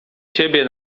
ciebie